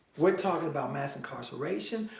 we're talking about mass incarceration.